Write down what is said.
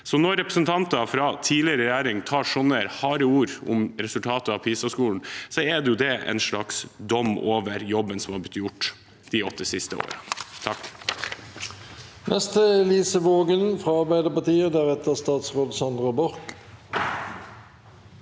Når representanter fra tidligere regjering har sånne harde ord om resultatet av PISA-undersøkelsen, er jo det en slags dom over jobben som har blitt gjort de siste åtte årene.